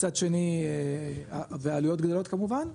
מצד שני והעלויות גדלות כמובן,